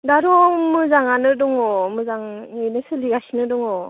दाथ' मोजाङानो दङ मोजाङैनो सोलिगासिनो दङ